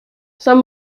saint